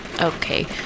Okay